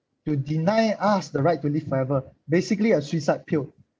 to deny us the right to live forever basically a suicide pill